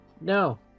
No